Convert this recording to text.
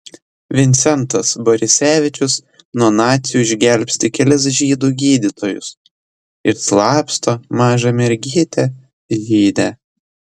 vincentas borisevičius nuo nacių išgelbsti kelis žydų gydytojus išslapsto mažą mergytę žydę